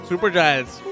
Supergiant's